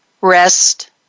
Rest